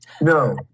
No